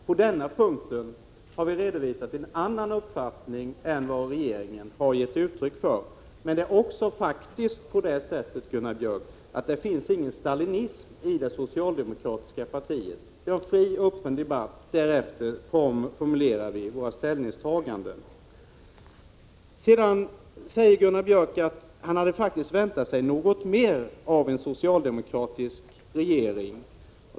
På denna punkt har vi redovisat en annan uppfattning än vad regeringen har gett uttryck för. Men det är faktiskt också på det sättet, Gunnar Björk, att det inte finns någon stalinism i det socialdemokratiska partiet. Vi har en fri och öppen debatt, och därefter formulerar vi våra ställningstaganden. Sedan säger Gunnar Björk att han faktiskt hade väntat sig något mer av en socialdemokratisk regering.